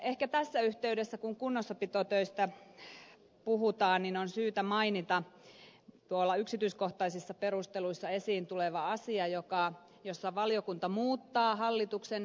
ehkä tässä yhteydessä kun kunnossapitotöistä puhutaan on syytä mainita yksityiskohtaisissa perusteluissa esiin tuleva asia jossa valiokunta muuttaa hallituksen esitystä